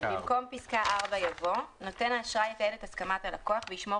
במקום פסקה (4) יבוא: "(4) נותן האשראי יתעד את הסכמת הלקוח וישמור